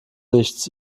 nichts